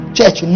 Church